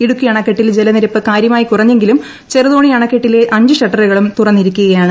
ഇടുക്കി അണക്കെട്ടിൽ ജലനിരപ്പ് കാര്യമായി കുറഞ്ഞെങ്കിലും ചെറുതോണി അണക്കെട്ടിലെ അഞ്ച് ഷട്ടറുകളും തുറന്നിരിക്കുകയാണ്